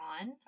on